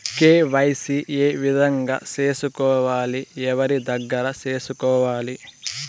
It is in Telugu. కె.వై.సి ఏ విధంగా సేసుకోవాలి? ఎవరి దగ్గర సేసుకోవాలి?